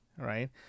right